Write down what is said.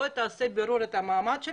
'בוא תעשה בירור של המעמד',